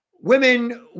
women